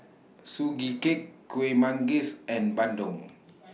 Sugee Cake Kuih Manggis and Bandung